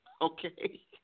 Okay